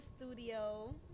studio